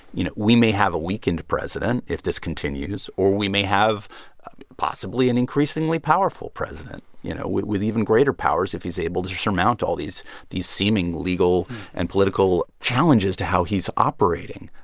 you know, we may have a weakened president if this continues, or we may have possibly an increasingly powerful president, you know, with even greater powers if he's able to surmount all these these seeming legal and political challenges to how he's operating.